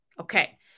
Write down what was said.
Okay